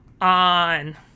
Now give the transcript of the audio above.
on